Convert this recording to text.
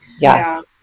Yes